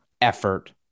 effort